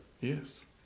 Yes